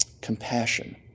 compassion